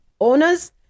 Owners